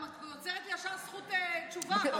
גם את יוצרת לי ישר זכות תשובה, ברור וברור.